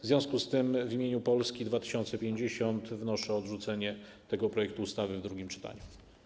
W związku z tym w imieniu Polski 2050 wnoszę o odrzucenie tego projektu ustawy w drugim czytaniu.